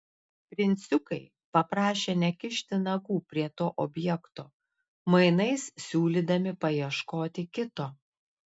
princiukai paprašė nekišti nagų prie to objekto mainais siūlydami paieškoti kito